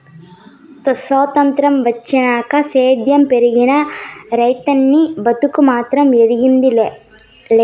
సొత్రంతం వచ్చినాక సేద్యం పెరిగినా, రైతనీ బతుకు మాత్రం ఎదిగింది లా